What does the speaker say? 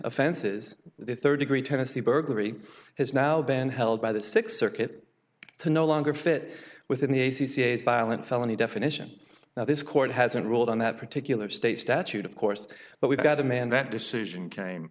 offenses the third degree tennessee burglary has now been held by the sixth circuit to no longer fit within the a c c as violent felony definition now this court hasn't ruled on that particular state statute of course but we've got a man that decision came